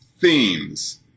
themes